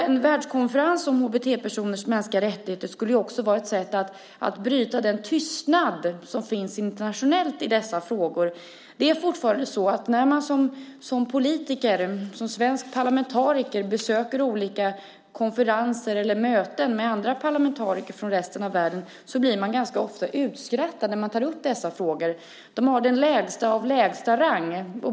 En världskonferens om HBT-personers mänskliga rättigheter skulle också vara ett sätt att bryta den tystnad som finns internationellt i dessa frågor. Det är fortfarande så att när man som politiker, som svensk parlamentariker, besöker olika konferenser eller möten med andra parlamentariker från resten av världen blir man ganska ofta utskrattad när man tar upp dessa frågor. De har den lägsta av lägsta rang.